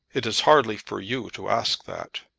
it is hardly for you to ask that!